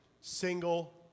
single